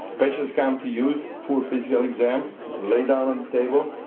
patients come to you, full physical exam lay down on the table.